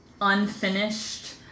unfinished